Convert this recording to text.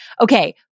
Okay